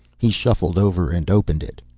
he shuffled over and opened it.